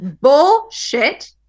bullshit